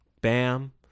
Bam